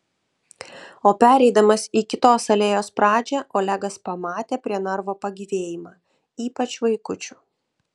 o pereidamas į kitos alėjos pradžią olegas pamatė prie narvo pagyvėjimą ypač vaikučių